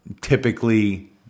typically